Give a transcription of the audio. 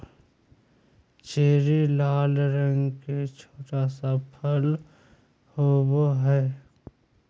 cherry लाल रंग के छोटा सा फल होबो हइ